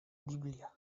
biblia